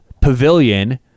pavilion